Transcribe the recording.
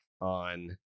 on